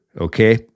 Okay